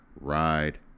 Ride